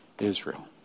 Israel